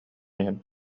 иһин